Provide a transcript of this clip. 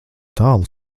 tālu